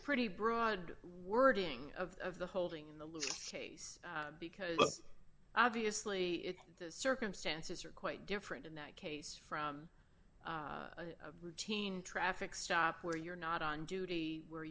pretty broad wording of the holding in the case because obviously the circumstances are quite different in that case from a routine traffic stop where you're not on duty where